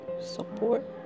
support